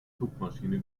zugmaschine